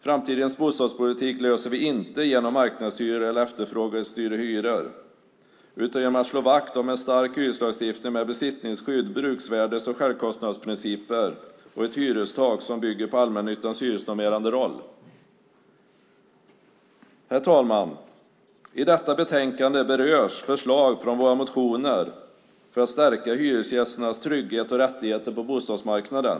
Framtidens bostadspolitik löser vi inte genom marknadshyror eller efterfrågestyrda hyror, utan genom att slå vakt om en stark hyreslagstiftning med besittningsskydd, bruksvärdes och självkostnadsprinciper och ett hyrestak som bygger på allmännyttans hyresnormerande roll. Herr talman! I detta betänkande berörs förslag från våra motioner för att stärka hyresgästernas trygghet och rättigheter på bostadsmarknaden.